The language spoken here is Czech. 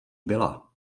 byla